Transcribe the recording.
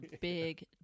big